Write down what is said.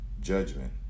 judgment